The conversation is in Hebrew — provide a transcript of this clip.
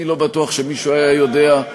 אני לא בטוח שמישהו היה יודע,